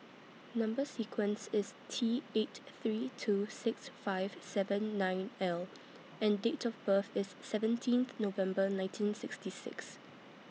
Number sequence IS T eight three two six five seven nine L and Date of birth IS seventeenth November nineteen sixty six